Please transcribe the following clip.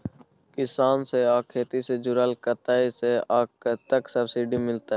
किसान से आ खेती से जुरल कतय से आ कतेक सबसिडी मिलत?